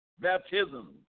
baptism